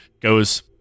goes